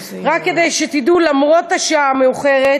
רק כדי שתדעו, למרות השעה המאוחרת,